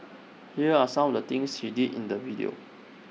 here are some of the things she did in the video